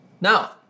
now